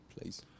please